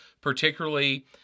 particularly